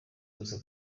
gusa